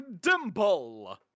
Dimple